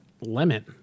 lemon